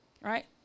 right